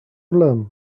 lamb